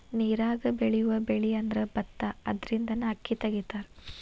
ನೇರಾಗ ಬೆಳಿಯುವ ಬೆಳಿಅಂದ್ರ ಬತ್ತಾ ಅದರಿಂದನ ಅಕ್ಕಿ ತಗಿತಾರ